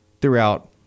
throughout